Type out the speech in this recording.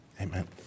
Amen